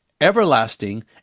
everlasting